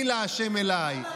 מי לה' אליי.